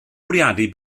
bwriadu